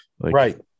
right